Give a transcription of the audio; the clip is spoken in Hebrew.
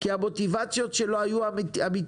כי המוטיבציות שלו היו אמיתיות.